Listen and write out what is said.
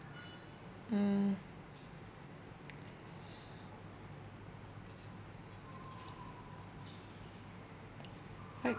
mm I